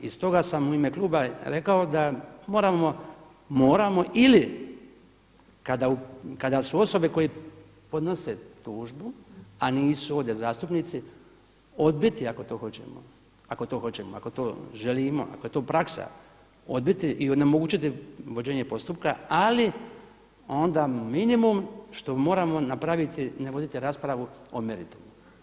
I stoga sam u ime Kluba rekao da moramo ili kada su osobe koje podnose tužbu a nisu ovdje zastupnici odbiti ako to hoćemo, ako to želimo, ako je to praksa odbiti i onemogućiti vođenje postupka ali onda minimum što moramo napraviti, ne voditi raspravu o meritumu.